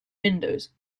windows